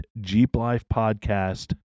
JeepLifePodcast